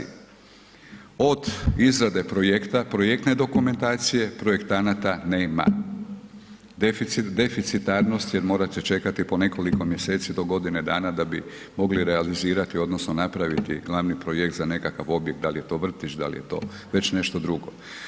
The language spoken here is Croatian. Od izrade projekta, projektne dokumentacije, projektanata, nema deficitarnosti jer morate čekate po nekoliko mjeseci do godine dana bi mogli realizirati odnosno napraviti glavni projekt za nekakav objekt da li je to vrtić, da li je to već nešto drugo.